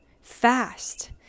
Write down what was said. fast